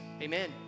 Amen